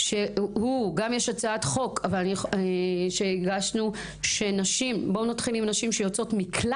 יש גם הצעת חוק שהגשנו: נשים,